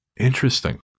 Interesting